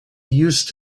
used